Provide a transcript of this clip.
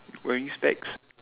wearing specs